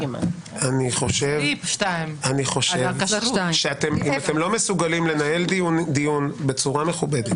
חושב שאם אתם לא מסוגלים לנהל דיון בצורה מכובדת,